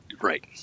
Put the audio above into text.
Right